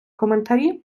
коментарі